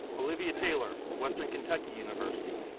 olivia taylor, western kentucky university,